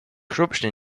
corruption